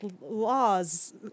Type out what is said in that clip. laws